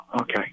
Okay